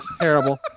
terrible